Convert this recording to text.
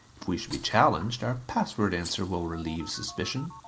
if we should be challenged, our password answer will relieve suspicion.